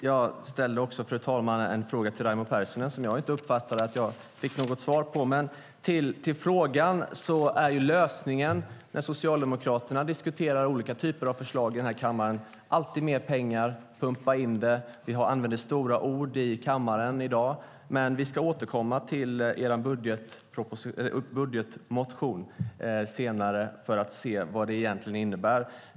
Fru talman! Jag ställde en fråga till Raimo Pärssinen som jag inte uppfattade att jag fick något svar på, men låt mig gå till den fråga jag fick. När Socialdemokraterna diskuterar olika förslag i kammaren är lösningen alltid mer pengar som ska pumpas in. De har använt stora ord i kammaren i dag. Vi ska ju återkomma till Socialdemokraternas budgetmotion senare för att se vad det egentligen innebär.